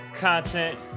content